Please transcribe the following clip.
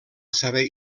saber